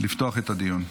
לפתוח את הדיון.